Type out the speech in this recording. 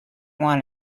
want